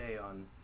on